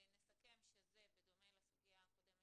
ונסכם שזה, בדומה לסוגיה הקודמת